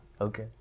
okay